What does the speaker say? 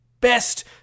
best